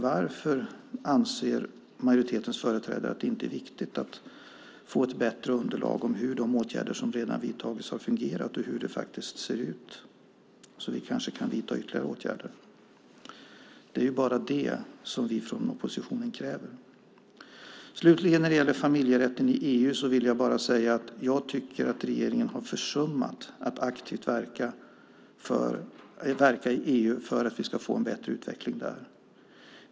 Varför anser majoritetens företrädare att det inte är viktigt att få ett bättre underlag när det gäller hur de åtgärder som redan har vidtagits har fungerat och hur det faktiskt ser ut så att vi kanske kan vidta ytterligare åtgärder? Det är bara det som vi från oppositionen kräver. Slutligen vill jag när det gäller familjerätten i EU bara säga att jag tycker att regeringen har försummat att aktivt verka i EU för att vi ska få en bättre utveckling.